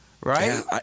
right